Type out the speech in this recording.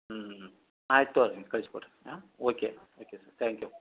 ಹ್ಞೂ ಹ್ಞೂ ಆಯಿತು ಅದ್ನ ಕಳಿಸ್ಕೊಡ್ರಿ ಹಾಂ ಓಕೆ ಓಕೆ ತ್ಯಾಂಕ್ ಯು